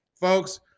Folks